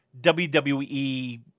WWE